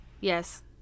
Yes